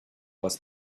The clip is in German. was